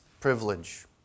privilege